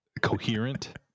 coherent